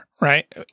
Right